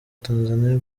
tanzania